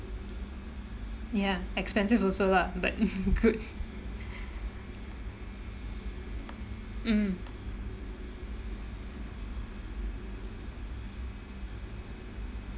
ya expensive also lah but good mm